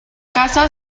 caza